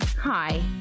Hi